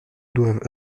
doivent